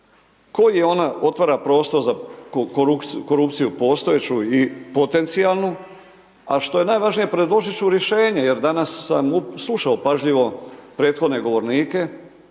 koji on otvara prostor za korupciju postojeću i postojeću, a što je najvažnije, predložiti ću rješenje, jer danas sam slušao pažljivo prethodne govornike,